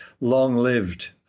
long-lived